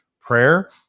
prayer